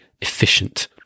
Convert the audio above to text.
efficient